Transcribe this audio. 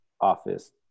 office